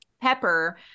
Pepper